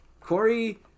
Corey